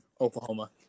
Oklahoma